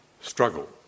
struggle